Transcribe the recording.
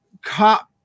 cop